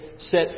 Set